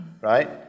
right